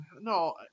no